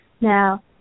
Now